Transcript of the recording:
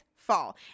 Fall